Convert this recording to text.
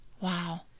Wow